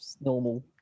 normal